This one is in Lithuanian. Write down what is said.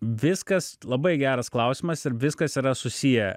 viskas labai geras klausimas ir viskas yra susiję